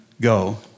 go